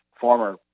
former